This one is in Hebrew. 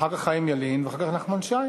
אחר כך חיים ילין, ואחר כך נחמן שי.